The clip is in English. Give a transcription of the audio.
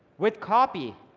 with copy,